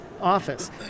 office